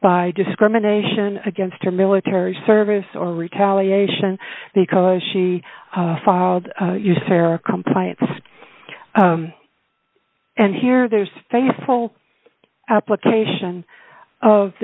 by discrimination against a military service or retaliation because she filed usera compliance and here there's faithful application of